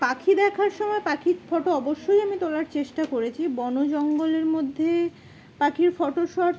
পাখি দেখার সময় পাখির ফটো অবশ্যই আমি তোলার চেষ্টা করেছি বন জঙ্গলের মধ্যে পাখির ফটো শট